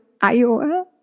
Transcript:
Iowa